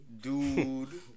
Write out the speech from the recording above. Dude